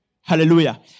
Hallelujah